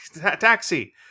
taxi